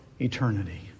eternity